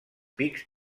pics